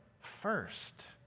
first